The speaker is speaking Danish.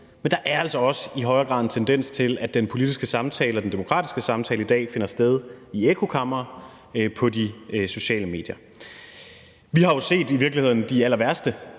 men der er altså også i højere grad en tendens til, at den politiske samtale og den demokratiske samtale i dag finder sted i ekkokamre på de sociale medier. Vi har jo i virkeligheden set de allerværste